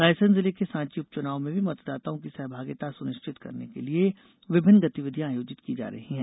रायसेन जिले के सांची उपच्चनाव में भी मतदाताओं की सहभागिता सुनिश्चित करने के लिए विभिन्न गतिविधियां आयोजित की जा रही हैं